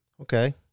Okay